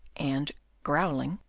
and, growling,